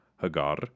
Hagar